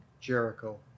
Jericho